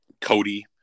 Cody